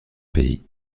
pays